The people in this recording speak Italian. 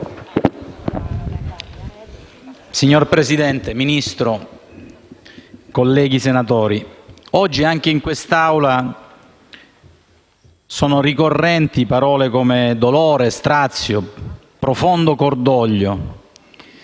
Signor Presidente, signor Ministro, colleghi senatori, oggi anche in quest'Aula sono ricorrenti parole come «dolore», «strazio», «profondo cordoglio»;